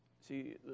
See